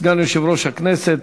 סגן יושב-ראש הכנסת,